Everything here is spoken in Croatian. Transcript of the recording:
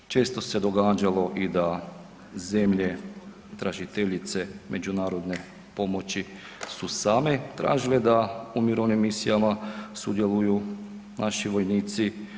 Često se događalo i da zemlje tražiteljice međunarodne pomoći su same tražile da u mirovnim misijama sudjeluju naši vojnici.